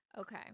Okay